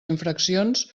infraccions